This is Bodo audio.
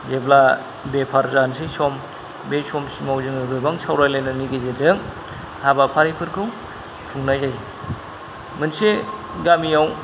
जेब्ला बेफार जानोसै सम बै सम सिमाव जोङो गोबां सावरायलायनायनि गेजेरजों हाबाफारिफोरखौ खुंनाय जायो मोनसे गामियाव